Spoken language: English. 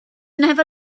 never